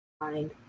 mind